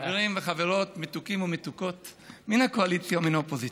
חברים וחברות מתוקים ומתוקות מן הקואליציה ומן האופוזיציה,